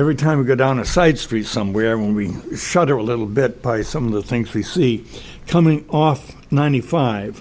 every time we go down a side street somewhere when we shudder a little bit by some of the things we see coming off ninety five